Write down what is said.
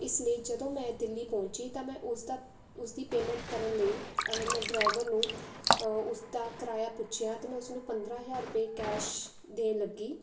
ਇਸ ਲਈ ਜਦੋਂ ਮੈਂ ਦਿੱਲੀ ਪਹੁੰਚੀ ਤਾਂ ਮੈਂ ਉਸਦਾ ਉਸਦੀ ਪੇਮੈਂਟ ਕਰਨ ਲਈ ਅਗਰ ਮੈਂ ਡਰਾਈਵਰ ਨੂੰ ਉਸਦਾ ਕਿਰਾਇਆ ਪੁੱਛਿਆ ਅਤੇ ਮੈਂ ਉਸਨੂੰ ਪੰਦਰ੍ਹਾਂ ਹਜ਼ਾਰ ਰੁਪਏ ਕੈਸ਼ ਦੇਣ ਲੱਗੀ